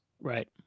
Right